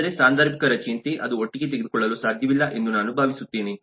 ಅಂದರೆ ಸಾಂದರ್ಭಿಕ ರಜೆಯಂತೆ ಅದು ಒಟ್ಟಿಗೆ ತೆಗೆದುಕೊಳ್ಳಲು ಸಾಧ್ಯವಿಲ್ಲ ಎಂದು ನಾನು ಭಾವಿಸುತ್ತೇನೆ